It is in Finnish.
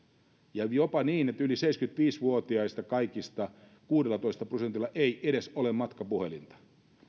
ja on jopa niin että kaikista yli seitsemänkymmentäviisi vuotiaista kuudellatoista prosentilla ei ole edes matkapuhelinta